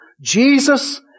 Jesus